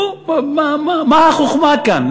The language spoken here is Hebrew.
מה החוכמה כאן?